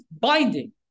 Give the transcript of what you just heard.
binding